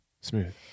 smooth